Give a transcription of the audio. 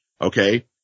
Okay